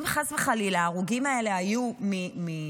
אם חס וחלילה ההרוגים האלה היו מפיגועים,